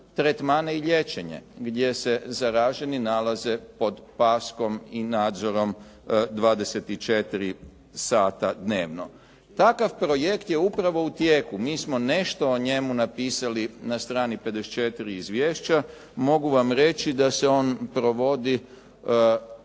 tretmane i liječenje gdje se zaraženi nalaze pod paskom i nadzorom 24 sata dnevno. Takav projekt je upravo u tijeku. Mi smo nešto o njemu napisali na strani 54. izvješća. Mogu vam reći da se on provodi